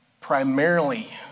primarily